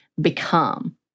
become